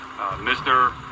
Mr